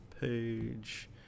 page